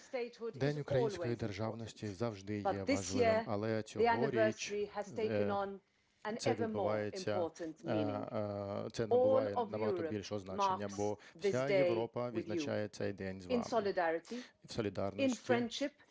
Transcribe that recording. День Української Державності завжди є важливим, але цьогоріч це відбувається, це набуває набагато більшого значення, бо вся Європа відзначає цей день з вами в солідарності,